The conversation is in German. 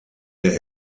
der